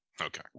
Okay